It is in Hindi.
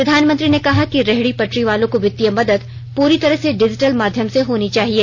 प्रधानमंत्री ने कहा कि रेहड़ी पटरी वालों को वित्तीय मदद पूरी तरह से डिजिटल माध्यम से होनी चाहिए